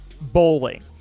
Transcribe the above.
bowling